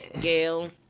Gail